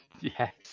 Yes